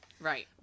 Right